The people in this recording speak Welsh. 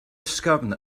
ysgafn